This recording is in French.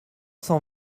cent